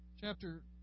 Chapter